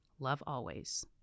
lovealways